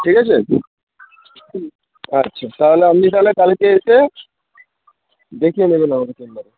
ঠিক আছে আচ্ছা তাহলে আপনি তাহলে কালকে এসে দেখিয়ে নেবেন আমাদের চেম্বারে